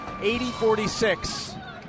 80-46